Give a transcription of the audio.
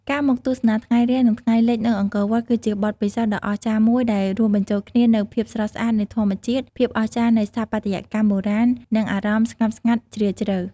ការមកទស្សនាថ្ងៃរះ និងថ្ងៃលិចនៅអង្គរវត្ត គឺជាបទពិសោធន៍ដ៏អស្ចារ្យមួយដែលរួមបញ្ចូលគ្នានូវភាពស្រស់ស្អាតនៃធម្មជាតិ ភាពអស្ចារ្យនៃស្ថាបត្យកម្មបុរាណ និងអារម្មណ៍ស្ងប់ស្ងាត់ជ្រាលជ្រៅ។